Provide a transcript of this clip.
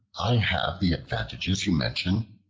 i have the advantages you mention,